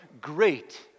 great